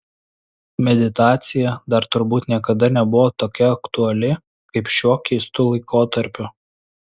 meditacija dar turbūt niekada nebuvo tokia aktuali kaip šiuo keistu laikotarpiu